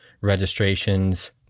registrations